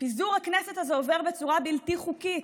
פיזור הכנסת הזה עובר בצורה בלתי חוקית.